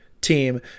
team